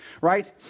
right